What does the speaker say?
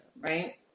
right